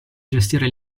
gestire